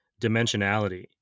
dimensionality